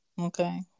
Okay